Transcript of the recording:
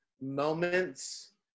moments